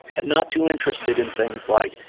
and not too interested in things like,